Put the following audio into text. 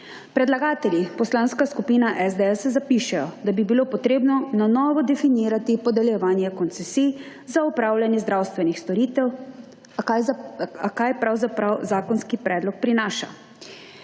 Predlagatelji, Poslanska skupina SDS zapišejo, da bi bilo potrebno na novo definirati podeljevanje koncesij za opravljanje zdravstvenih storitev, a kaj pravzaprav zakonski predlog prinaša.